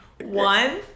One